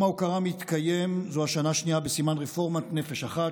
יום ההוקרה מתקיים זו השנה השנייה בסימן רפורמת נפש אחת,